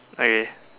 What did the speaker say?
okay